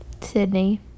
Sydney